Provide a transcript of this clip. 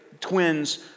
twins